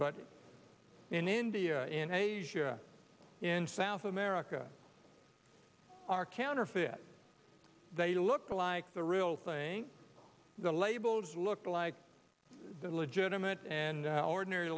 but in india in asia in south america are counterfeit they look like the real thing the labels look like the legitimate and our din